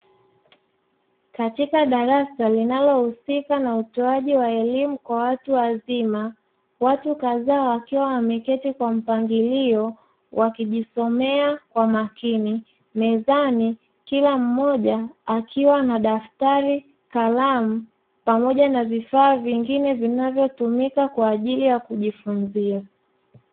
Katika darasa linalohusika na utoaji wa elimu kwa watu wazima watu kadhaa wakiwa wameketi kwa mpangilio, wakijisomea kwa makini mezani. Kila mmoja akiwa na daftari, kalamu pamoja na vifaa vingine vinavyotumika kwa ajili ya kujifunzia.